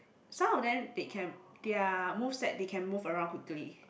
some of them they can their most set they can move around quickly